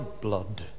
blood